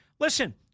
Listen